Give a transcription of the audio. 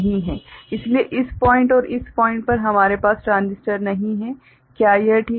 इसलिए इस पॉइंट और इस पॉइंट पर हमारे पास ट्रांजिस्टर नहीं है क्या यह ठीक है